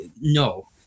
no